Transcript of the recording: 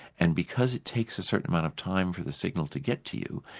and because it takes a certain amount of time for the signal to get to you,